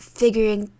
figuring